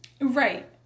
right